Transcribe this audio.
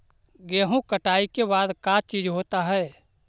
गेहूं कटाई के बाद का चीज होता है?